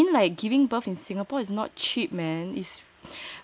yeah I mean like giving birth in Singapore is not cheap man